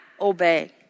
obey